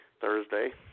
Thursday